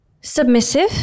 submissive